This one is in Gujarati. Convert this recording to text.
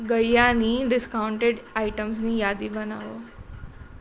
ગઇયાની ડિસ્કાઉન્ટેડ આઇટમ્સની યાદી બનાવો